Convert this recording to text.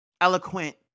eloquent